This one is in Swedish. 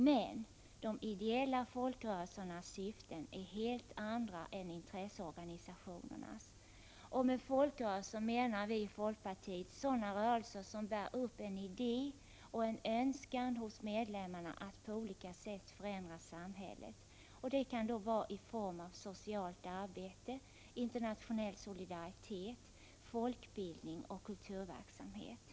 Men de ideella folkrörelserna har helt andra syften än intresseorganisationerna. Med folkrörelser menar vi i folkpartiet sådana rörelser som så att säga bär upp en idé och en önskan hos medlemmarna att på olika sätt förändra samhället —t.ex. i form av socialt arbete, internationell solidaritet, folkbildning och kulturell verksamhet.